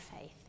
faith